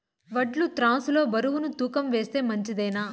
వడ్లు త్రాసు లో బరువును తూకం వేస్తే మంచిదేనా?